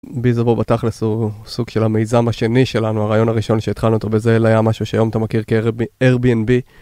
ביזבו בתכלס הוא סוג של המיזם השני שלנו הרעיון הראשון שהתחלנו אותו בזה היה משהו שהיום אתה מכיר כאיירביאנבי.